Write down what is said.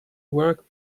work